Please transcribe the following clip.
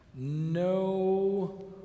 No